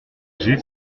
j’ai